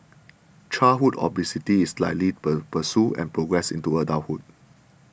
childhood obesity is likely per pursue and progress into adulthood